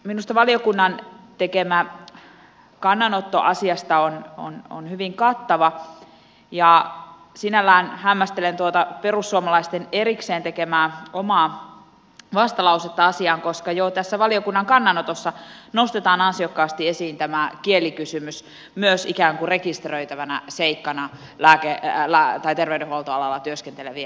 minusta valiokunnan tekemä kannanotto asiaan on hyvin kattava ja sinällään hämmästelen tuota perussuomalaisten erikseen tekemää omaa vastalausetta asiaan koska jo tässä valiokunnan kannanotossa nostetaan ansiokkaasti esiin tämä kielikysymys myös ikään kuin rekisteröitävänä seikkana terveydenhuoltoalalla työskentelevien ihmisten osalta